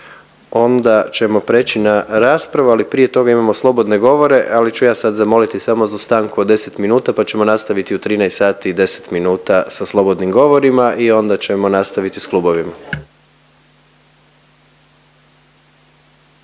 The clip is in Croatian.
Onda ćemo prijeći na raspravu. Ali prije toga imamo slobodne govore, ali ću ja sad zamoliti samo za stanku od 10 minuta pa ćemo nastaviti u 13 sati i 10 minuta sa slobodnim govorima i onda ćemo nastaviti sa klubovima.